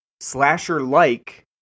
slasher-like